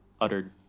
uttered